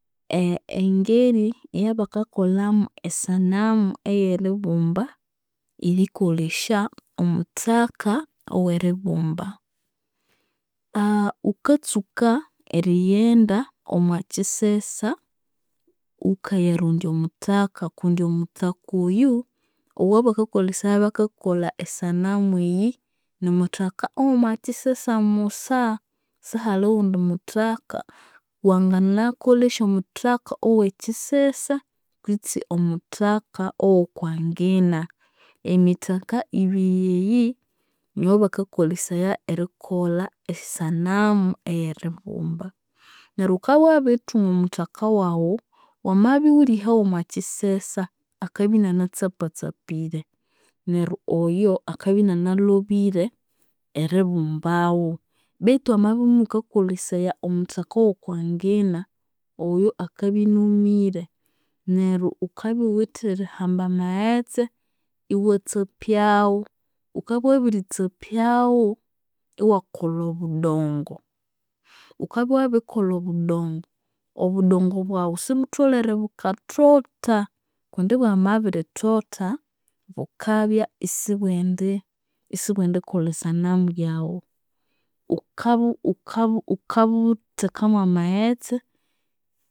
Engeri eyabakakolhamu esanamu eyeribumba erikolesya omuthaka oweribumba. Ghukatsuka erighenda omwakyisesa ghukayarondya omuthaka kundi omuthaka oyu owabakakolesaya bakakolha esanamu eyi, nimuthaka owomwakyisesa musa. Sihali ghundi muthaka, wanginakolesya omuthaka owomwakyisesa kwitsi omuthaka owokwangina. Emithaka ibiri eyi, niyobakakolesaya erikolha esanamu eyeribumba. Neryo ghukabya wabirithunga omuthaka waghu, wamabya ighulihaghu omwakyisesa, akabya inianatsapatsapire. Neryo oyo, akabya inianalhobire eribumbaghu betu wamabya imughukakolesaya omuthaka owokwangina, oyo akabya inumire. Neryo wukabya ighuwithe erihamba amaghetse iwatsapyaghu, ghukabya wabiritsapyaghu, iwakolha obudongo, wukabya wabirikolha obudongo, obudongo bwaghu sibutholere bukathotha kundi bwamabirithotha, bukabya isibwendikolha esanamu yaghu. Ghukabu ghukabu ghukabuthekamu amaghetse,